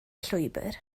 llwybr